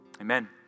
Amen